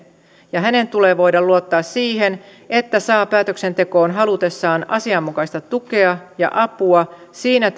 ja hänen tulee voida luottaa siihen että saa päätöksentekoon halutessaan asianmukaista tukea ja apua siinä